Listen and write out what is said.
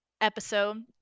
episode